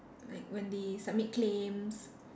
like when they submit claims